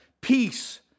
Peace